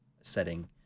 setting